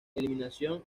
eliminación